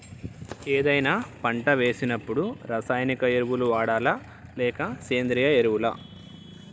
ఏదైనా పంట వేసినప్పుడు రసాయనిక ఎరువులు వాడాలా? లేక సేంద్రీయ ఎరవులా?